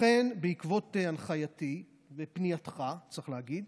לכן, בעקבות הנחייתי, ופנייתך, צריך להגיד,